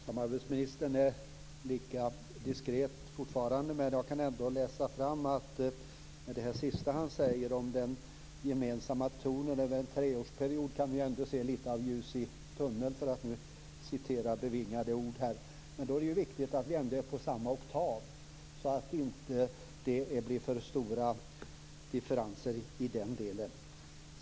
Fru talman! Samarbetsministern är fortfarande lika diskret. Jag kan ändå läsa fram att med det sista han säger om en gemensam ton under en treårsperiod kan vi ändå se litet av ljuset i tunneln, för att nu citera litet bevingade ord. Men då är det viktigt att vi är på samma oktav så att det inte blir för stora differenser i den delen.